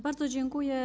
Bardzo dziękuję.